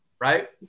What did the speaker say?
right